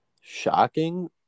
shocking